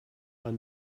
are